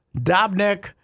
Dobnik